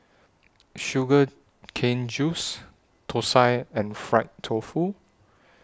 Sugar Cane Juice Thosai and Fried Tofu